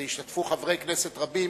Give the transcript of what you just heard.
והשתתפו חברי כנסת רבים,